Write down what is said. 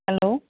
hello